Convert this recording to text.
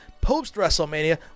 post-WrestleMania